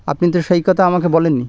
আপনি তো সেই কথা আমাকে বলেননি